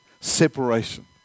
separation